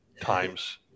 times